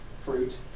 fruit